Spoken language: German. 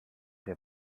den